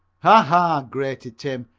ha! ha! grated tim,